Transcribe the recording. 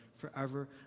forever